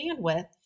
bandwidth